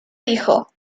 dijo